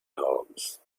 arms